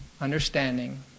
understanding